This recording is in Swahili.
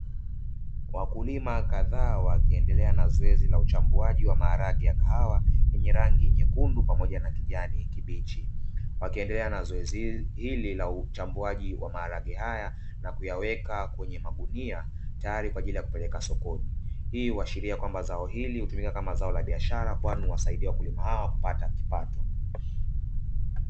wakulima kadhaa wakiendelea na zoezi la uchambuaji wa maharage ya kahawa yenye rangi nyekundu pamoja na kijani kibichi, wakiendelea na zoezi hili la uchambuaji wa maharage haya na kuyaweka kwenya magunia tayari kwa ajili ya kupeleka sokoni, hii huashiria zao hili hutumika kama zao la biashara kwani huwasahidia wakulima hawa kupata kipato.